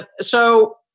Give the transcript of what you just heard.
so-